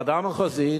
ועדה מחוזית,